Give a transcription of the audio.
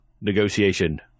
negotiation